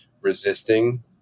resisting